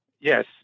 Yes